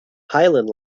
highland